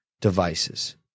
devices